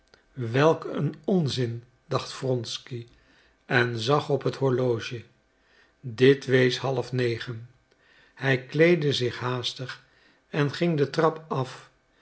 welk een onzin dacht wronsky en zag op het horloge dit wees half negen hij kleedde zich haastig en ging de trap af